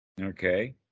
Okay